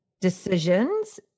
decisions